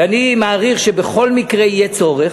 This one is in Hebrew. אני מעריך שבכל מקרה יהיה צורך,